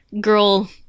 girl